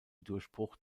durchbruch